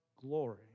glory